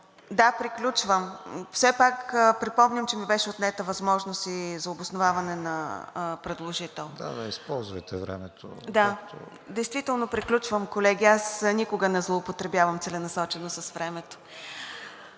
Да, приключвам. Все пак припомням, че ми беше отнета възможността за обосноваване на предложението. Действително приключвам, колеги. Аз никога не злоупотребявам целенасочено с времето.